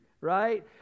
right